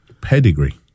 Pedigree